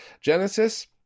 Genesis